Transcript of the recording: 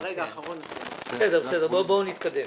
בואו נתקדם.